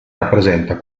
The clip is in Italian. rappresenta